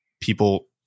people